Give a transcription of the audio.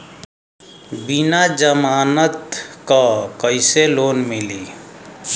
बिना जमानत क कइसे लोन मिली?